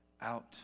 out